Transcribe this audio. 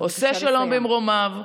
עושה שלום במרומיו,